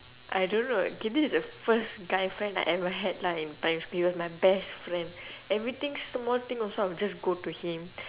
I don't know okay this is the first guy friend I ever had lah in primary school he was my best friend everything small thing also I would just go to him